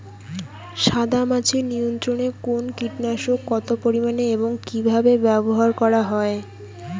সাদামাছি নিয়ন্ত্রণে কোন কীটনাশক কত পরিমাণে এবং কীভাবে ব্যবহার করা হয়?